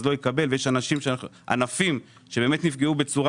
לא יקבל ויש ענפים שבאמת נפגעו בצורה